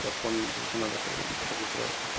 ଦର୍ପଣ ଦର୍ପଣ ଦେଖ ବୋଲେ ଭିତ୍ରେ ଅଛି